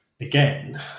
again